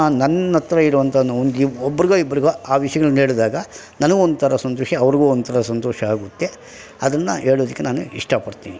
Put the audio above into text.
ನನ್ನಹತ್ರ ಇರೋವಂಥ ಒಬ್ಬರಿಗೋ ಇಬ್ಬರಿಗೋ ಆ ವಿಷಯಗಳನ್ನೇಳಿದಾಗ ನನಗೂ ಒಂಥರ ಸಂತೋಷ ಅವ್ರಿಗು ಒಂಥರ ಸಂತೋಷ ಆಗುತ್ತೆ ಅದನ್ನು ಹೇಳೋದಕ್ಕೆ ನಾನು ಇಷ್ಟಪಡ್ತಿನಿ